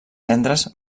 cendres